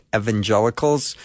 evangelicals